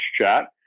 chat